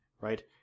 right